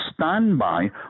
standby